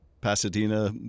Pasadena